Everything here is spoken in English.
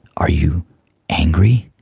are you angry?